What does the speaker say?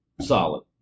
solid